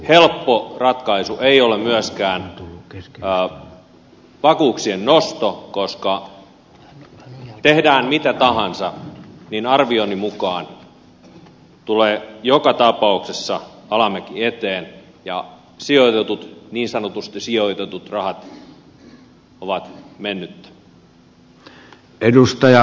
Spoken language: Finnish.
helppo ratkaisu ei ole myöskään vakuuksien nosto koska tehdään mitä tahansa niin arvioni mukaan tulee joka tapauksessa alamäki eteen ja sijoitetut niin sanotusti sijoitetut rahat ovat mennyttä